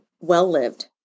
Well-Lived